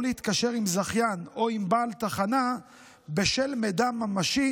או להתקשר עם זכיין או עם בעל תחנה בשל מידע ממשי